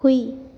ꯍꯨꯏ